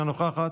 אינה נוכחת,